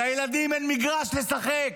לילדים אין מגרש לשחק.